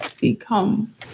become